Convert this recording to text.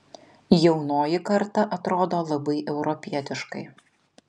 jaunoji karta atrodo labai europietiškai